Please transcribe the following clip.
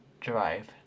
drive